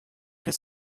his